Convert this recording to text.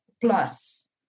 plus